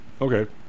Okay